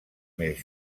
més